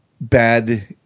bad